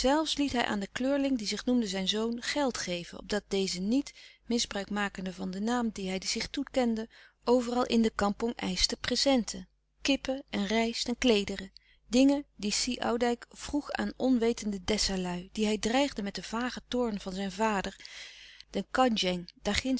hij aan den kleurling die zich noemde zijn zoon geld geven opdat deze niet misbruik makende van den naam dien hij zich toekende overal in de kampong eischte prezenten kippen en rijst en kleederen dingen die si oudijck vroeg aan onwetende dessa lui die hij dreigde met den vagen toorn van zijn vader den